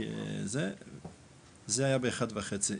זה היה באחת וחצי.